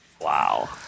Wow